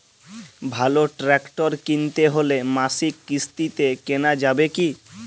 ভালো ট্রাক্টর কিনতে হলে মাসিক কিস্তিতে কেনা যাবে কি?